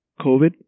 COVID